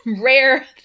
rare